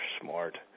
smart